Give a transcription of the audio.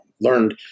learned